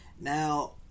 Now